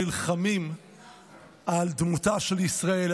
נלחמים על דמותה של ישראל,